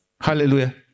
Hallelujah